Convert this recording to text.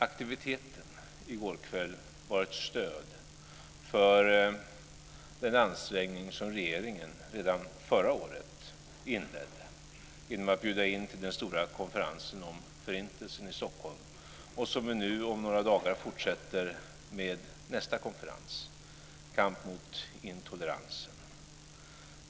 Aktiviteten i går kväll var ett stöd för den ansträngning som regeringen redan förra året inledde genom att bjuda in till den stora konferensen om Förintelsen i Stockholm. Om några dagar fortsätter vi nu med nästa konferens om kampen mot intoleransen.